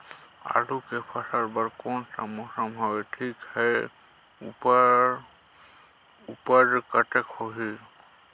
आलू के फसल बर कोन सा मौसम हवे ठीक हे अउर ऊपज कतेक होही?